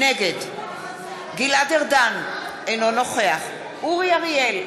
נגד גלעד ארדן, אינו נוכח אורי אריאל,